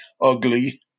ugly